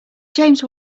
james